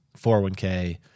401k